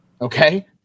Okay